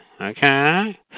okay